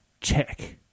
check